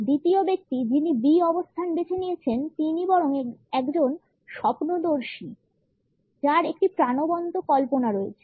দ্বিতীয় ব্যক্তি যিনি B অবস্থানটি বেছে নিয়েছেন তিনি বরং একজন স্বপ্নদর্শী যার একটি প্রাণবন্ত কল্পনা রয়েছে